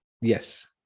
Yes